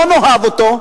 לא נאהב אותו,